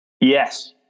Yes